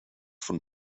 von